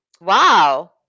Wow